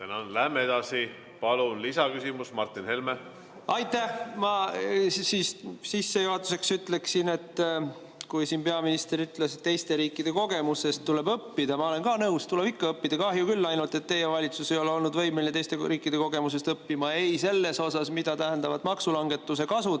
Läheme edasi. Palun lisaküsimus, Martin Helme! Aitäh! Ma sissejuhatuseks ütleksin, et peaminister ütles, et teiste riikide kogemusest tuleb õppida, ja ma olen ka nõus, tuleb ikka õppida. Kahju ainult, et teie valitsus ei ole olnud võimeline teiste riikide kogemusest õppima ei selles osas, mida tähendavad maksulangetuse kasud,